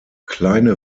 kleine